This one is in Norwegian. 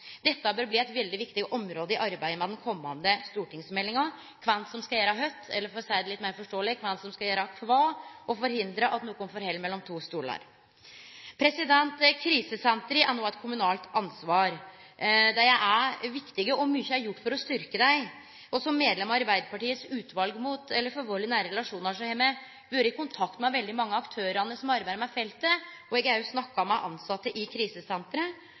Dette bør bli eit veldig viktig område i arbeidet med den komande stortingsmeldinga – kven som skal gjere kva, og forhindre at nokon fell mellom to stolar. Krisesentra er no eit kommunalt ansvar. Dei er viktige, og mykje er gjort for å styrkje dei. Som medlem av Arbeidarpartiet sitt uval mot vald i nære relasjonar har eg vore i kontakt med veldig mange av aktørane som arbeider med feltet, og eg har òg snakka med tilsette i